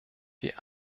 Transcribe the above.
wir